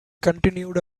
continued